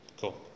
Cool